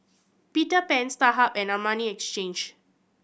Peter Pan Starhub and Armani Exchange